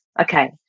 okay